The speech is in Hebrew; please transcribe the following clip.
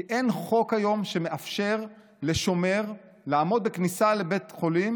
כי אין היום חוק שמאפשר לשומר לעמוד בכניסה לבית חולים